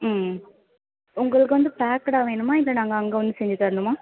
ம் உங்களுக்கு வந்து பேக்குடா வேணுமா இல்லை நாங்கள் அங்கே வந்து செஞ்சு தரணுமா